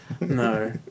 No